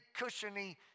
cushiony